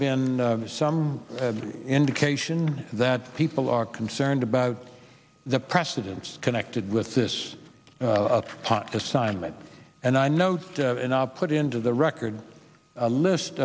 been some indication that people are concerned about the precedents connected with this pot assignment and i know to put into the record a list